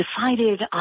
decided